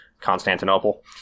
Constantinople